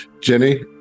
Jenny